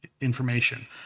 information